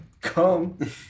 come